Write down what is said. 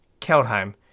Keldheim